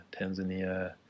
Tanzania